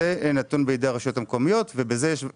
זה נתון בידי הרשויות המקומיות, ובזה יש שונות.